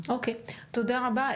אוקיי, תודה רבה.